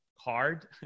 hard